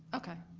okay.